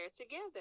together